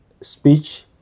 speech